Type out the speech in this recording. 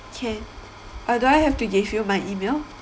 can uh do I have to give you my email